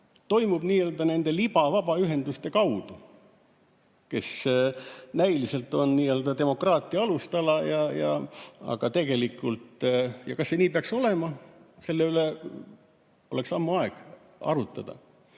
toimub nende libavabaühenduste kaudu, kes näiliselt on demokraatia alustala, aga tegelikult ... Kas see nii peaks olema, selle üle oleks ammu aeg arutada.